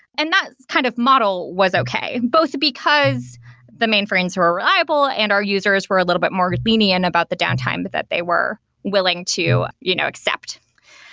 and that kind of model was okay, both because the mainframes were reliable and our users were a little bit more lenient about the downtime but that they were willing to you know accept.